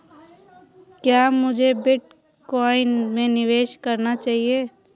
क्या मुझे बिटकॉइन में निवेश करना चाहिए?